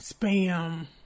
spam